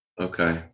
Okay